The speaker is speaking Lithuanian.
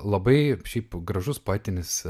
labai šiaip gražus poetinis